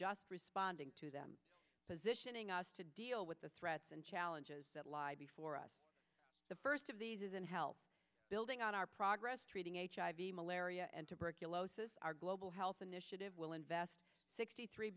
just responding to them positioning us to deal with the threats and challenges that lie before us the first of these is unhealthy building on our progress treating a malaria and tuberculosis our global health initiative will invest sixty three